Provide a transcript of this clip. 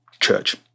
Church